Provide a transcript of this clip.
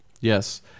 Yes